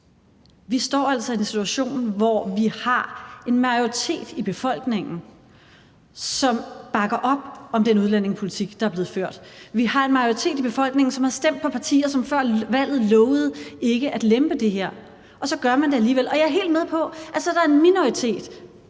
Vi står altså i en situation, hvor vi har en majoritet i befolkningen, som bakker op om den udlændingepolitik, der er blevet ført. Vi har en majoritet i befolkningen, som har stemt på partier, der før valget lovede ikke at lempe det her – og så gør man det alligevel. Jeg er helt med på, at der så er en minoritet